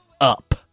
up